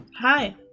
Hi